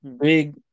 big